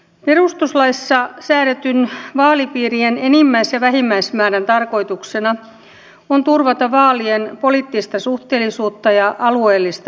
perustuslaissa säädetyn vaalipiirien enimmäis ja vähimmäismäärän tarkoituksena on turvata vaalien poliittista suhteellisuutta ja alueellista edustavuutta